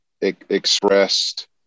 expressed